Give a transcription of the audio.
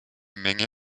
menge